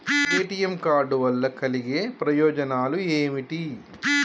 ATM card వల్ల కలిగే ప్రయోజనాలు ఏమిటి?